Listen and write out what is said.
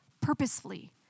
purposefully